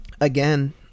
Again